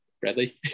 Bradley